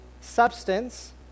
substance